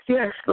Yes